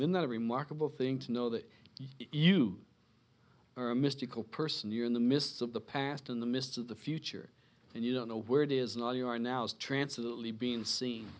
in that remarkable thing to know that you are a mystical person you're in the midst of the past in the midst of the future and you don't know where it is not you are now